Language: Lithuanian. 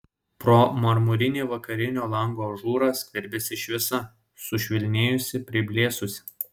pro marmurinį vakarinio lango ažūrą skverbėsi šviesa sušvelnėjusi priblėsusi